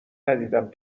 ندیدم